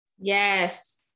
Yes